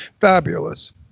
fabulous